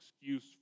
excuse